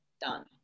Done